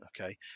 okay